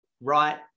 Right